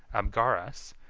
abgarus,